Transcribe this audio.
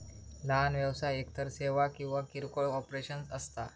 लहान व्यवसाय एकतर सेवा किंवा किरकोळ ऑपरेशन्स असता